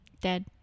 Dead